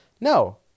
no